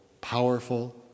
powerful